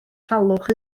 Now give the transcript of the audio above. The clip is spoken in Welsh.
salwch